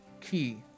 key